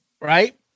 Right